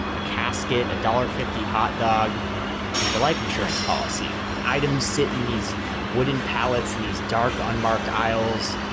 a casket, a dollar fifty hotdog and a life insurance policy items sit in these wooden pallets, in these dark unmarked aisles.